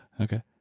Okay